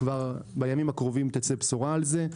בימים הקרובים כבר תצא בשורה על זה.